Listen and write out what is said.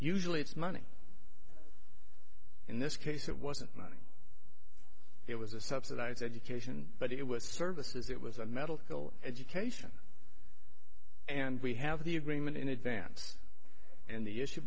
usually it's money in this case it wasn't money it was a subsidized education but it was services it was a metal kill education and we have the agreement in advance and the issue